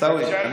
אני